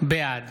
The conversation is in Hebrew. בעד